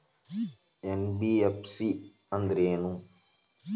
NBFC ಅಂದ್ರೇನು?